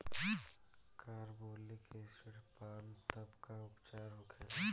Carbolic acid पान तब का उपचार होखेला?